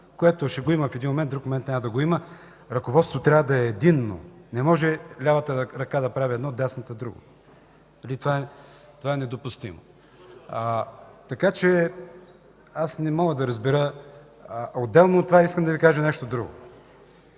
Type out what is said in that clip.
което ще го има в един момент, в друг момент няма да го има. Ръководството трябва да е единно – не може лявата ръка да прави едно, дясната друго. Това е недопустимо. Отделно от това искам да Ви кажа и нещо друго.